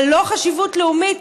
אבל לא חשיבות לאומית.